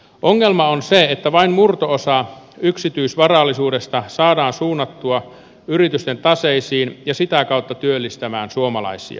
ongelma on se että vain murto osa yksityisvarallisuudesta saadaan suunnattua yritysten taseisiin ja sitä kautta työllistämään suomalaisia